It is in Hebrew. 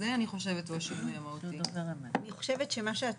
זה אני חושבת --- אני חושבת שמה שאת